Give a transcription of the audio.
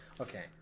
okay